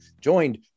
joined